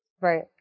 Right